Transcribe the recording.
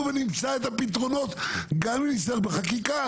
ונמצא את הפתרונות גם אם נצטרך בחקיקה,